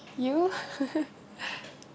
you